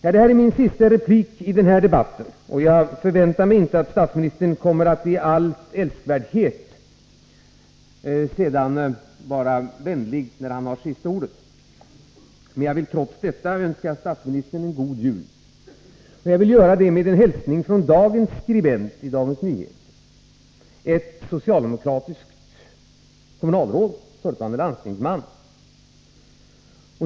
Detta är min sista replik i denna debatt, och jag förväntar mig inte att statsministern i all älskvärdhet bara kommer att vara vänlig när han har sista ordet. Jag vill trots detta önska statsministern en God Jul. Jag vill göra det med en hälsning från en av dagens skribenter i Dagens Nyheter, ett socialdemokratiskt kommunalråd och förutvarande landstingsman.